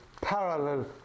parallel